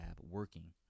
working